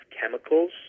chemicals